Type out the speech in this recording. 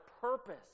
purpose